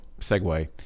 segue